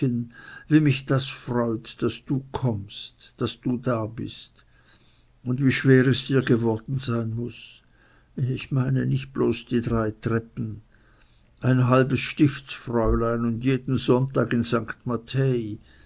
wie mich das freut daß du kommst daß du da bist und wie schwer es dir geworden sein muß ich meine nicht bloß die drei treppen ein halbes stiftsfräulein und jeden sonntag in sankt